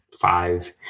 five